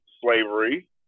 slavery